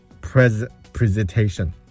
Presentation